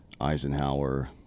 Eisenhower